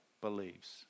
believes